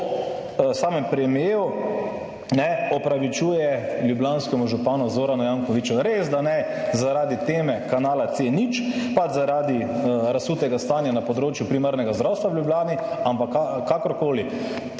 samem premierju ne opravičuje ljubljanskemu županu Zoranu Jankoviću, res da ne zaradi teme kanala C0 pa zaradi razsutega stanja na področju primarnega zdravstva v Ljubljani, ampak kakorkoli,